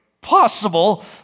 possible